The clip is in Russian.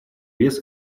вес